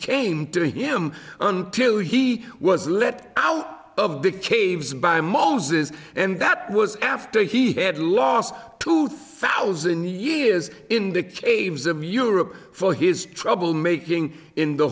came to him until he was let out of the caves by moses and that was after he had lost two thousand years in the caves of europe for his trouble making in the